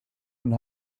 und